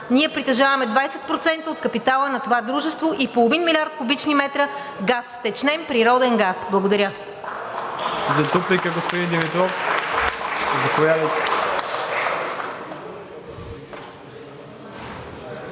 Ние притежаваме 20% от капитала на това дружество и половин милиард кубични метра газ – втечнен природен газ. Благодаря.